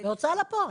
בהוצאה לפועל,